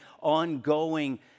ongoing